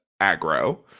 aggro